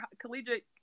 collegiate